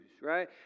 right